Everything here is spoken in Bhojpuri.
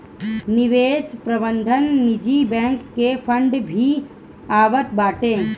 निवेश प्रबंधन निजी बैंक के फंड भी आवत बाटे